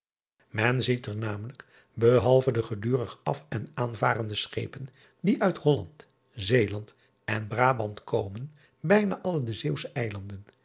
en ziet er namelijk behalve de gedurig af en aanvarende schepen die uit olland eeland en rabant komen bijna alle de eeuwsche eilanden